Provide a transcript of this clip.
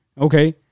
Okay